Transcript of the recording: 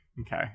Okay